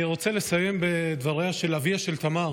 אני רוצה לסיים בדבריו של אביה של תמר